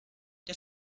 der